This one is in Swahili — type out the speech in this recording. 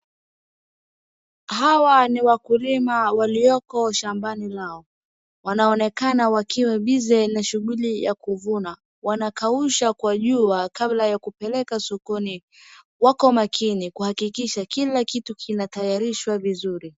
Hawa ni wakulima walioko shambani lao, wanaonekana wakiwa busy na shughuli ya kuvuna, wanakausha kwa jua kabla ya kupeleka sokoni, wako makini kuhakikisha kila kitu kinatayarishwa vizuri.